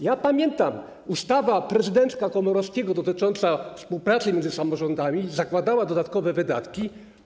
Ja to pamiętam: ustawa prezydenta Komorowskiego dotycząca współpracy między samorządami zakładała dodatkowe wydatki.